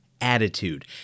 attitude